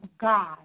God